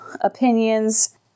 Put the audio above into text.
opinions